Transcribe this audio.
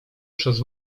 przez